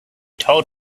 told